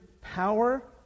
power